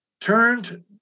turned